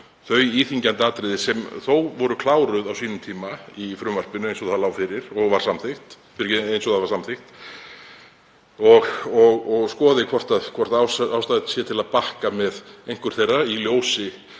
þau íþyngjandi atriði sem þó voru kláruð á sínum tíma í frumvarpinu eins og það var samþykkt og skoðað hvort ástæða sé til að bakka með einhver þeirra í ljósi